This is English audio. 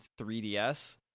3DS